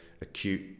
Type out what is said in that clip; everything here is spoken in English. acute